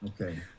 Okay